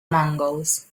mongols